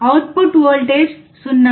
output voltage 0